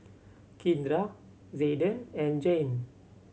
Kindra Zayden and Jayne